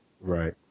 Right